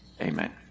Amen